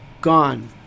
gone